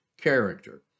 character